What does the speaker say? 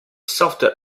software